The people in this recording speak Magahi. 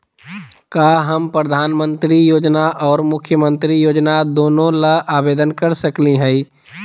का हम प्रधानमंत्री योजना और मुख्यमंत्री योजना दोनों ला आवेदन कर सकली हई?